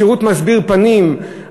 שירות מסביר פנים,